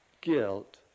guilt